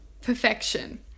perfection